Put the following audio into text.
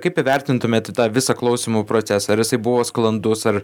kaip įvertintumėte tą visą klausymų procesą ar jisai buvo sklandus ar